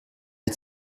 des